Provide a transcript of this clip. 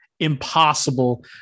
Impossible